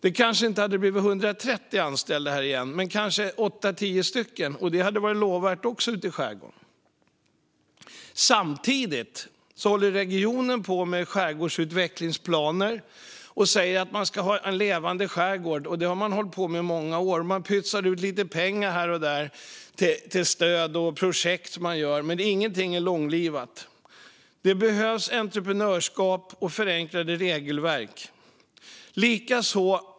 Det kanske inte hade blivit 130 anställda på varvet igen men kanske åtta tio stycken. Det hade också varit lovvärt ute i skärgården. Samtidigt håller regionen på med skärgårdsutvecklingsplaner och säger att man ska ha en levande skärgård. Det har man hållit på med i många år. Man pytsar ut lite pengar här och där till stöd för projekt, men ingenting är långlivat. Det behövs entreprenörskap och förenklade regelverk.